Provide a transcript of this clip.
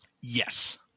yes